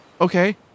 Okay